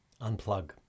Unplug